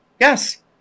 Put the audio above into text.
Yes